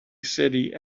city